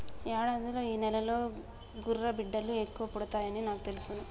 యాడాదిలో ఈ నెలలోనే గుర్రబిడ్డలు ఎక్కువ పుడతాయని నాకు తెలుసును